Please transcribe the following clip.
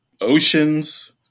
oceans